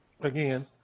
Again